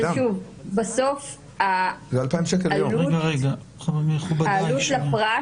בסוף העלות לפרט